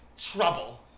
trouble